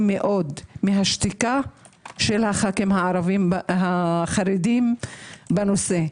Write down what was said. מאד מהשתיקה של הח"כים החרדים בנושא.